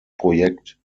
projekt